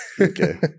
okay